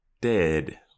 dead